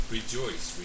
Rejoice